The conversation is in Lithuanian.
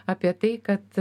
apie tai kad